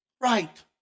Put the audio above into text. right